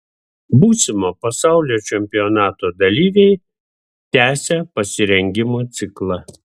būsimo pasaulio čempionato dalyviai tęsią pasirengimo ciklą